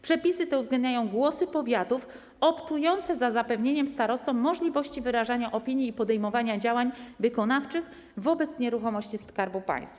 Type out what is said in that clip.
Przepisy te uwzględniają głosy powiatów optujące za zapewnieniem starostom możliwości wyrażania opinii i podejmowania działań wykonawczych wobec nieruchomości Skarbu Państwa.